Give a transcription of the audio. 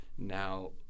Now